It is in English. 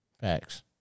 Facts